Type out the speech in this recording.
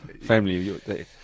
family